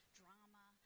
drama